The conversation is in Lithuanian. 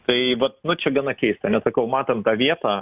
tai vat nu čia gana keista nes sakau matėm tą vietą